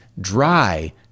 dry